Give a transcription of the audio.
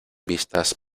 vistas